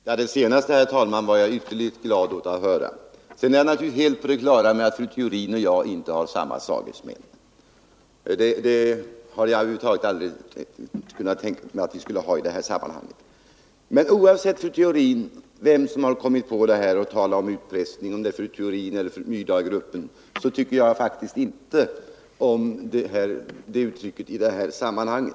Herr talman! Fru Theorins senaste uttalande var jag ytterligt glad att få höra. Jag är naturligtvis helt på det klara med att fru Theorin och jag inte har samma sagesmän i det här ärendet. Det har jag över huvud taget aldrig kunnat tänka mig att vi hade. Oavsett vem som kommit «Nr 138 på att tala om utpressning, om det är fru Theorin eller Myrdalgruppen, Måndagen den tycker jag faktiskt inte om uttrycket i det här sammanhanget.